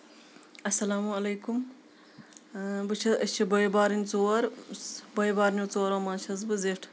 السلام علیکُم بہٕ چھَس أسۍ چھِ باے بارٕنۍ ژور باے بارنیو ژورو منٛز چھَس بہٕ زیٚٹھ